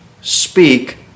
speak